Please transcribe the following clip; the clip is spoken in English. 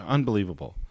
Unbelievable